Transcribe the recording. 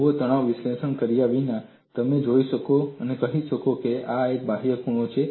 જુઓ તણાવ વિશ્લેષણ કર્યા વિના તમે જઈ શકો છો અને કહી શકો છો હવે આ એક બાહ્ય ખૂણો છે